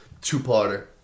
two-parter